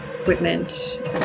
equipment